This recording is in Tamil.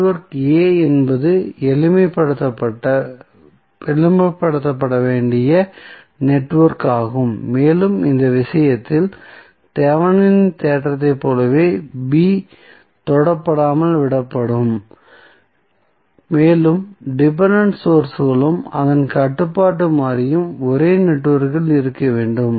நெட்வொர்க் A என்பது எளிமைப்படுத்தப்பட வேண்டிய நெட்வொர்க் ஆகும் மேலும் இந்த விஷயத்தில் தெவெனினின் தேற்றத்தைப் போலவே B தொடப்படாமல் விடப்படும் மேலும் டிபென்டென்ட் சோர்ஸ்களும் அதன் கட்டுப்பாட்டு மாறியும் ஒரே நெட்வொர்க்கில் இருக்க வேண்டும்